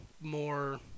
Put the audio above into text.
more